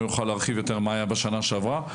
הוא יוכל להרחיב יותר מה היה בשנה שעברה.